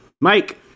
Mike